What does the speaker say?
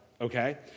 okay